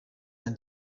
and